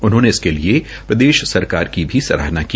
उन्होंने इसके लिए प्रदेश सरकार की भी सराहना की